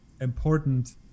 important